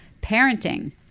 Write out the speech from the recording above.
parenting